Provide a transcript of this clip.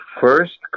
first